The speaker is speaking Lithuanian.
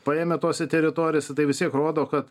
paėmę tose teritorijose tai vis tiek rodo kad